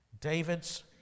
David's